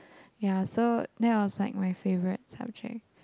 ya so that was like my favorite subject